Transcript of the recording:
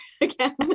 again